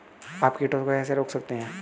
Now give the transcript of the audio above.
आप कीटों को कैसे रोक सकते हैं?